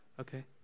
okay